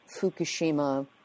Fukushima